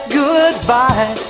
goodbye